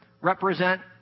represent